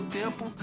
tempo